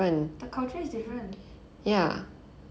the culture is different